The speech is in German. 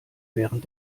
während